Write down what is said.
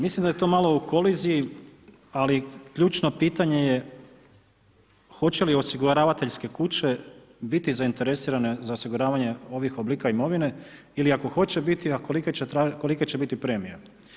Mislim da je to malo u koliziji, ali ključno pitanje je hoće li osiguravateljske kuće biti zainteresirane za osiguravanje ovih oblika imovine ili ako hoće biti, a kolike će biti premije.